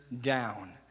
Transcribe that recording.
down